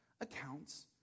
accounts